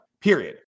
Period